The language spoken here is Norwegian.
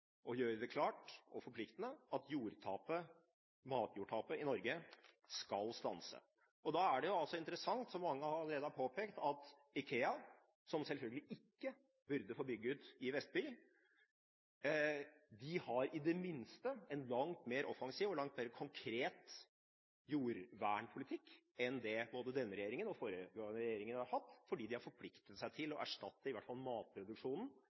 det klart og forpliktende at matjordtapet i Norge skal stanse. Og da er det interessant, som mange allerede har påpekt, at IKEA, som selvfølgelig ikke burde få bygge i Vestby, i det minste har en langt mer offensiv og langt mer konkret jordvernpolitikk enn det både denne regjeringen har og det foregående regjeringer har hatt, fordi de har forpliktet seg til å erstatte i hvert fall